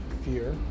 fear